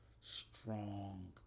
strong